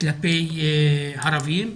כלפי ערבים,